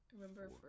Remember